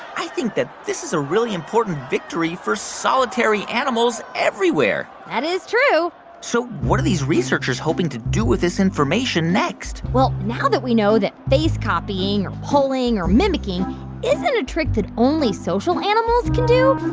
i think that this is a really important victory for solitary animals everywhere that is true so what are these researchers hoping to do with this information next? well, now that we know that face copying or pulling or mimicking isn't a trick that only social animals can do,